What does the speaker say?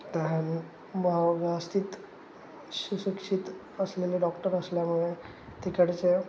त्या ह्याने व्यवस्थित सुशिक्षित असलेले डॉक्टर असल्यामुळे तिकडचं